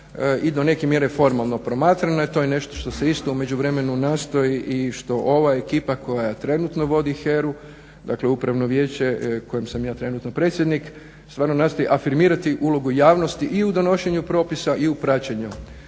i do neke mjere formalno promatrana. To je nešto što se isto u međuvremenu nastoji i što ova ekipa koja trenutno vodi HERA-u, dakle upravno vijeće kojem sam ja trenutno predsjednik, stvarno nastoji afirmirati ulogu javnosti i u donošenju propisa i u praćenju.